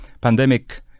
pandemic